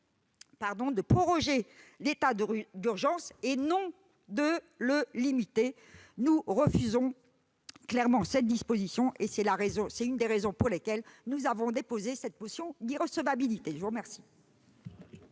de proroger l'état d'urgence et non pas de le limiter. Nous refusons clairement cette disposition. C'est l'une des raisons pour lesquelles nous avons déposé cette motion tendant à opposer